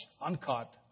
uncut